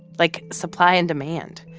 like, supply and demand.